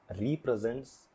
represents